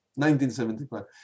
1975